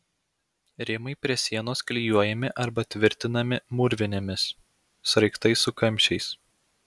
rėmai prie sienos klijuojami arba tvirtinami mūrvinėmis sraigtais su kamščiais